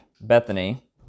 Bethany